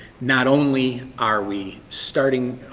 not only are we starting,